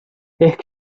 ehk